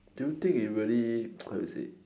do you think it really how to say